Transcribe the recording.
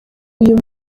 uyu